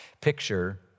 picture